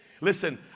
listen